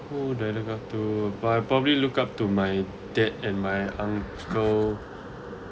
who do I look up to but I probably look up to my dad and my uncle